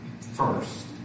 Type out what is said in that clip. first